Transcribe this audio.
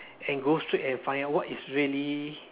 and go straight and find out what is really